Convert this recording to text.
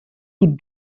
toute